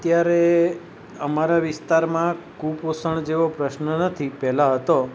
અત્યારે અમારા વિસ્તારમાં કુપોષણ જેવો પ્રશ્ન નથી પહેલાં હતો